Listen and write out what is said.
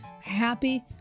Happy